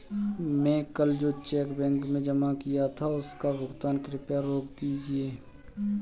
मैं कल जो चेक बैंक में जमा किया था उसका भुगतान कृपया रोक दीजिए